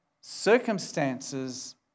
circumstances